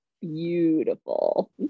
beautiful